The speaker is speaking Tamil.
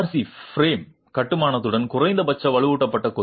சி பிரேம் கட்டுமானத்துடன் குறைந்தபட்ச வலுவூட்டப்பட்ட கொத்து